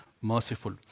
merciful